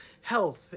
health